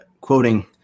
quoting